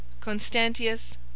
Constantius